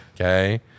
Okay